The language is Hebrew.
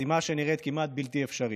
משימה שנראית כמעט בלתי אפשרית.